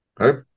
okay